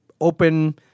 open